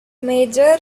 major